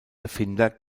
erfinder